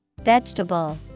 Vegetable